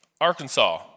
Arkansas